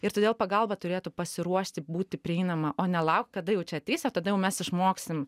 ir todėl pagalba turėtų pasiruošti būti prieinama o ne laukt kada jau čia ateis ir tada mes išmoksim